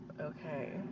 okay